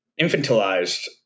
infantilized